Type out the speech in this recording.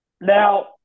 Now